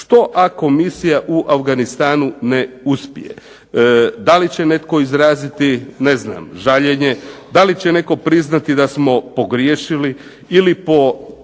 Što ako misija u Afganistanu ne uspje? Da li će netko izraziti žaljenje, da li će netko priznati da smo pogriješili ili po